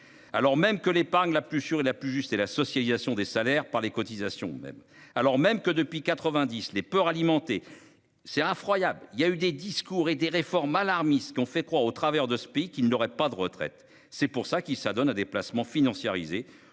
alors même que l'épargne la plus sûre et la plus juste et la socialisation des salaires par les cotisations même alors même que depuis 90 les peurs alimentée. C'est incroyable, il y a eu des discours et des réformes alarmistes qu'ont fait croire au travers de ce pays qui ne n'aurait pas de retraite, c'est pour ça qu'il s'adonnent à des placements financiarisé